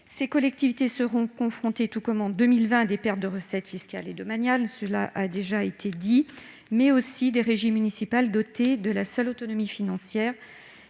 Ces collectivités seront confrontées, tout comme en 2020, à des pertes de recettes fiscales et domaniales. Ce sera aussi le cas pour les régies municipales dotées de la seule autonomie financière